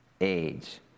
age